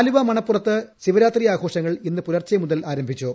ആലുവ മണപ്പുറത്ത് ശിവരാത്രി ആഘോഷങ്ങൾ ഇന്ന് പുലർച്ചെ ആരംഭിച്ചു